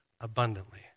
abundantly